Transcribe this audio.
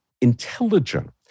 intelligent